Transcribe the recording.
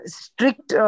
strict